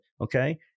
Okay